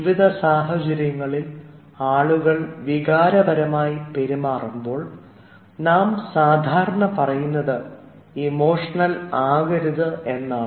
ജീവിത സാഹചര്യങ്ങളിൽ ആളുകൾ വികാരപരമായി പെരുമാറുമ്പോൾ നാം സാധാരണ പറയുന്നത് ഇമോഷണൽ ആകരുത് എന്നാണ്